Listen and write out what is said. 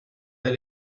del